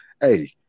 hey